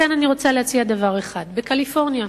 לכן אני רוצה להציע דבר אחד: בקליפורניה,